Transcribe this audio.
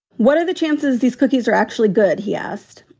what are the chances these cookies are actually good? he asked.